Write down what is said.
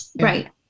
Right